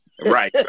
Right